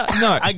No